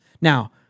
Now